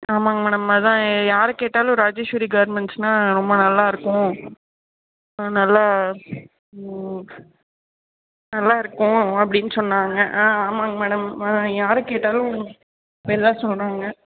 ஆமாங்க மேடம் அதுதான் யாரைக் கேட்டாலும் ராஜேஸ்வரி கார்மெண்ட்ஸுன்னால் ரொம்ப நல்லா இருக்கும் நல்ல நல்லா இருக்கும் அப்படின்னு சொன்னாங்க ஆ ஆமாங்க மேடம் யாரைக் கேட்டாலும் இப்படியே தான் சொல்கிறாங்க